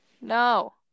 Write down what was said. No